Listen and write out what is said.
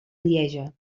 lieja